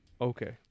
okay